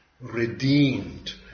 redeemed